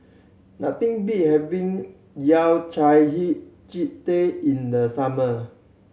nothing beat having Yao Cai hei ji in the summer